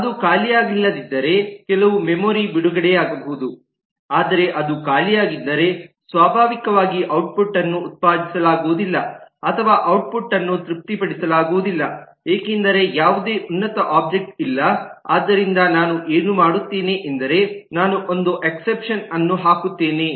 ಅದು ಖಾಲಿಯಾಗಿಲ್ಲದಿದ್ದರೆ ಕೆಲವು ಮೆಮೊರಿ ಬಿಡುಗಡೆಯಾಗಬಹುದು ಆದರೆ ಅದು ಖಾಲಿಯಾಗಿದ್ದರೆ ಸ್ವಾಭಾವಿಕವಾಗಿ ಔಟ್ಪುಟ್ ಅನ್ನು ಉತ್ಪಾದಿಸಲಾಗುವುದಿಲ್ಲ ಅಥವಾ ಔಟ್ಪುಟ್ ಅನ್ನು ತೃಪ್ತಿಪಡಿಸಲಾಗುವುದಿಲ್ಲ ಏಕೆಂದರೆ ಯಾವುದೇ ಉನ್ನತ ಒಬ್ಜೆಕ್ಟ್ ಇಲ್ಲ ಆದ್ದರಿಂದ ನಾನು ಏನು ಮಾಡುತ್ತೇನೆಂದರೆ ನಾನು ಒಂದು ಎಕ್ಸೆಪ್ಶನ್ ಅನ್ನು ಹಾಕುತ್ತೇನೆ